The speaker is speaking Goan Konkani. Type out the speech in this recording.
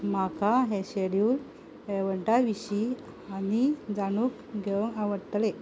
म्हाका हे शॅड्युल्ड एवंटा विशीं आनी जाणूक घेवंक आवडटलें